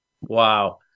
Wow